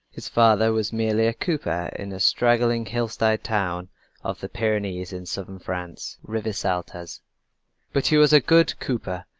his father was merely a cooper in a straggling hillside town of the pyrenees in southern france, rivesaltas but he was a good cooper.